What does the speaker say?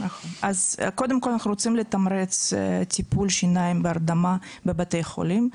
קודם כל אנחנו רוצים לתמרץ טיפול שיניים בהרדמה בבתי חולים.